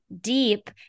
deep